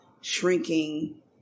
shrinking